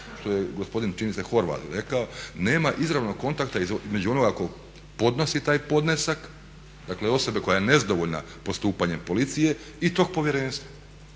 što je, čini mi se Horvat reko, nema izravnog kontakta između onoga tko podnosi taj podnesak, dakle osobe koja je nezadovoljna postupanjem policije i tog povjerenstva,